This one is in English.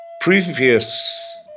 previous